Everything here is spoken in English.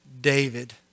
David